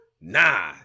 Nah